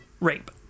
rape